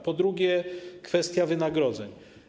Po drugie, kwestia wynagrodzeń.